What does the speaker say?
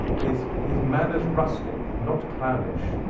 his his manners rustic, not clownish,